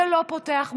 זה לא פותח מהדורות,